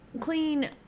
clean